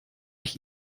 ich